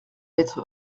être